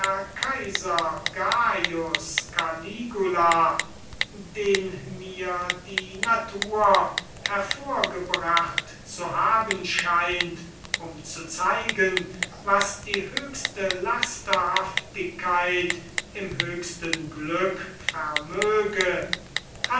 kaiser cajus den mir die natur hervorgebracht zu haben scheint um zu zeigen was die höchste lasterhaftigkeit im höchsten glück vermöge